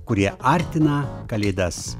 kurie artina kalėdas